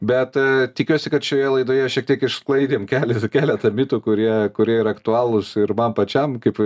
bet tikiuosi kad šioje laidoje šiek tiek išsklaidėm kele keletą mitų kurie kurie yra aktualūs ir man pačiam kaip